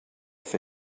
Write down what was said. for